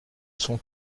sont